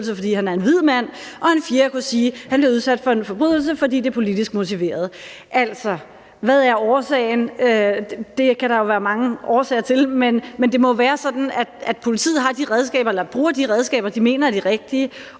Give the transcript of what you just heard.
fordi han er en hvid mand, og en fjerde kunne sige, at han bliver udsat for en forbrydelse, fordi det er politisk motiveret. Altså, hvad er årsagen? Det kan der jo være mange årsager til. Men det må jo være sådan, at politiet har og bruger de redskaber, de mener er de rigtige,